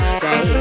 say